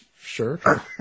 sure